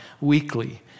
weekly